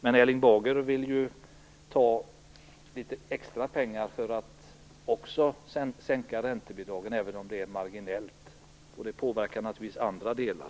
Men Erling Bager vill ju ta litet extra pengar för att också sänka räntebidragen, även om det är marginellt, och det påverkar naturligtvis andra delar.